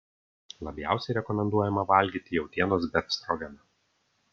labiausiai rekomenduojama valgyti jautienos befstrogeną